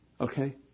Okay